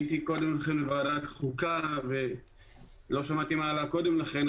הייתי קודם לכן בוועדת חוקה ולא שמעתי מה עלה קודם לכן,